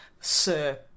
Sir